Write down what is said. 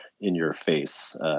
in-your-face